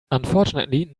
unfortunately